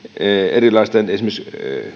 erilaisten esimerkiksi